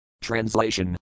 Translation